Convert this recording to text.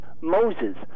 Moses